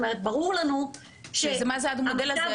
ברור לנו --- מה זה המודל הזה?